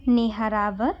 Neha Rawat